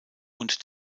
und